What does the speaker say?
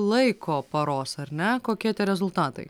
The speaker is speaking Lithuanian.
laiko paros ar ne kokie tie rezultatai